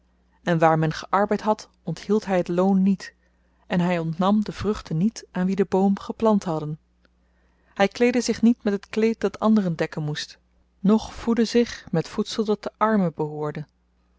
en waar men gearbeid had onthield hy het loon niet en hy ontnam de vruchten niet aan wie den boom geplant hadden hy kleedde zich niet met het kleed dat anderen dekken moest noch voedde zich met voedsel dat den arme behoorde